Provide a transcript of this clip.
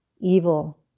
evil